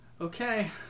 okay